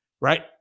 right